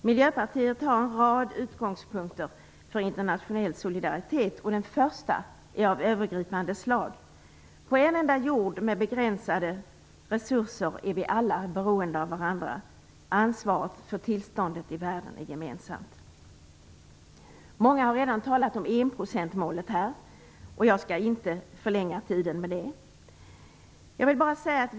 Miljöpartiet har en rad utgångspunkter för internationell solidaritet, varav den första är av övergripande slag. På en enda jord med begränsade resurser är vi alla beroende av varandra. Ansvaret för tillståndet i världen är gemensamt. Många har här redan talat om enprocentsmålet, så jag skall inte förlänga tiden genom att tala om detta.